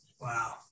Wow